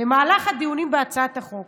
במהלך הדיונים בהצעת החוק